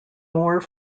more